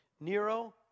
Nero